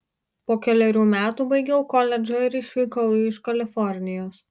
po kelerių metų baigiau koledžą ir išvykau iš kalifornijos